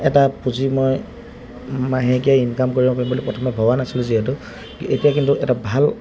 এটা পুঁজি মই মাহেকীয়া ইনকাম কৰিব পাৰিম বুলি প্ৰথমে ভবা নাছিলোঁ যিহেতু এতিয়া কিন্তু এটা ভাল